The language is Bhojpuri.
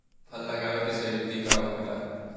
फल लगावे के सही विधि का होखेला?